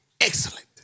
excellent